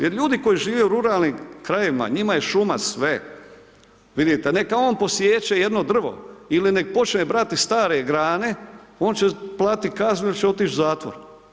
Jer ljudi koji žive u ruralnim krajevima, njima je šuma sve, vidite neka on posječe jedno drvo ili nek počne brati stare grane on će platiti kaznu il će otići u zatvor.